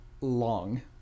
long